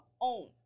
own